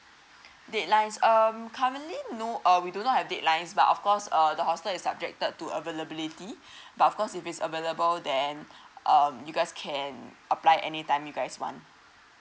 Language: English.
deadlines um currently no uh we do not have deadlines but of course err the hostel is subjected to availability but of course if it's available then um you guys can apply anytime you guys want